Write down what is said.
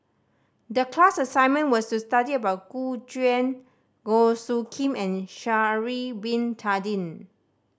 the class assignment was to study about Gu Juan Goh Soo Khim and Sha'ari Bin Tadin